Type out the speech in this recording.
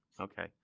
Okay